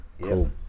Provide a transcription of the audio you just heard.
cool